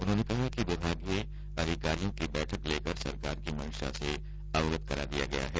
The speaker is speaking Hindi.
उन्होंने कहा कि विभागीय अधिकारियों की बैठक लेकर सरकार की मंशा से अवगत करा दिया गया है